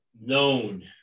known